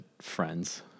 friends